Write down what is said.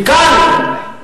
וכאן,